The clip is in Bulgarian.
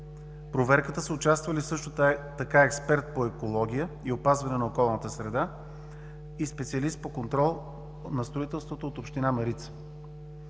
проверката са участвали също така експерт по „Екология и опазване на околната среда“ и специалист по „Контрол на строителството“ от община Марица.